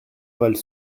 valent